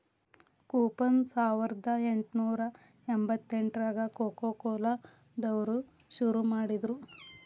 coupon ಸಾವರ್ದಾ ಎಂಟ್ನೂರಾ ಎಂಬತ್ತೆಂಟ್ರಾಗ ಕೊಕೊಕೊಲಾ ದವ್ರು ಶುರು ಮಾಡಿದ್ರು